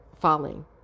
falling